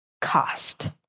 cost